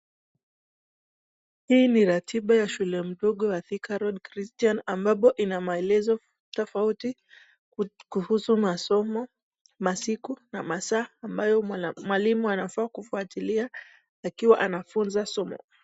Hii ni ratiba ya shule mdogo wa Thika road chritian ampapo inamaelezo tofauti, kuhusu masomo, masiku na masaa ambayo mwalimu anafaa kufwatilia akiwa anafunza somo.